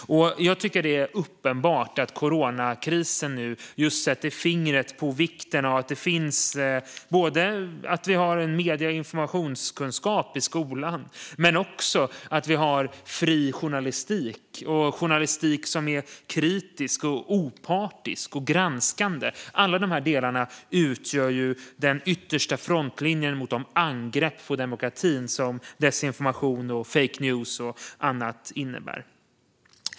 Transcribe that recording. Det är uppenbart att coronakrisen nu sätter fingret på vikten av att vi har både medie och informationskunskap i skolan och fri journalistik, en journalistik som är kritisk, opartisk och granskande. Alla de här delarna utgör den yttersta frontlinjen mot de angrepp på demokratin som desinformation, fake news och annat innebär.